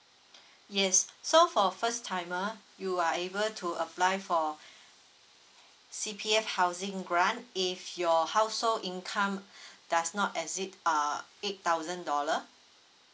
yes so for first timer you are able to apply for C_P_F housing grant if your household income does not exceed uh eight thousand dollar